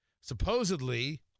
supposedly